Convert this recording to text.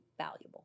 valuable